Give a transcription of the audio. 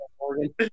Morgan